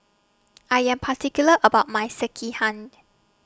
I Am particular about My Sekihan